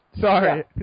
Sorry